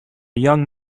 young